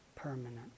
permanent